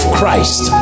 Christ